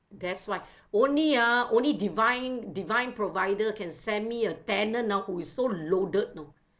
that's why only ah only divine divine provider can send me a tenant ah who is so loaded know